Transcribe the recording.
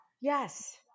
Yes